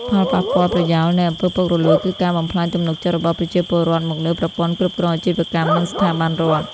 ផលប៉ះពាល់ប្រយោលនៃ អំពើពុករលួយ គឺការបំផ្លាញទំនុកចិត្តរបស់ប្រជាពលរដ្ឋមកលើប្រព័ន្ធគ្រប់គ្រងអាជីវកម្ម និងស្ថាប័នរដ្ឋ។